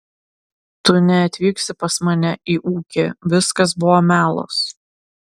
tu neatvyksi pas mane į ūkį viskas buvo melas